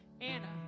Anna